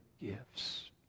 gifts